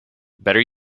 better